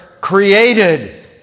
created